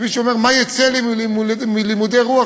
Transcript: כשמישהו אומר: מה יצא לי מלימודי רוח,